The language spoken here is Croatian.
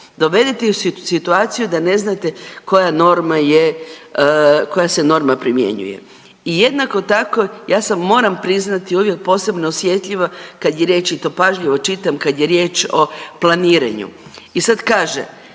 Dovedete u situaciju da ne znate koja norma je, koja se norma primjenjuje. I jednako tako, ja sam moram priznati uvijek posebno osjetljiva kad je riječ i to pažljivo čitam kad je riječ o planiranju. I sad kaže